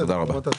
תודה רבה.